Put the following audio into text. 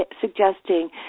suggesting